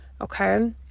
okay